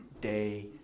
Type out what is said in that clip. day